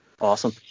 Awesome